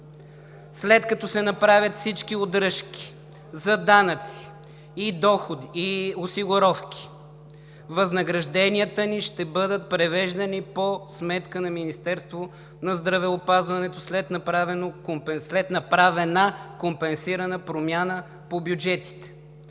след като се направят всички удръжки за данъци и осигуровки, възнагражденията ни ще бъдат превеждани по сметка на Министерството на здравеопазването след направена компенсирана промяна по бюджетите.